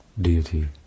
deity